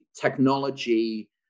technology